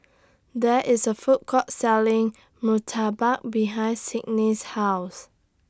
There IS A Food Court Selling Murtabak behind Sidney's House